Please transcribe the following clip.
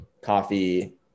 coffee